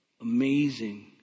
amazing